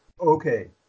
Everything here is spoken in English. okay